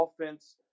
offense